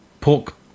pork